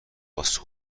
واسه